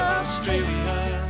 Australia